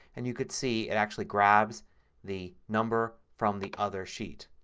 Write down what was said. and you can see it actually grabs the number from the other sheet.